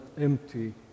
empty